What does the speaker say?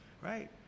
right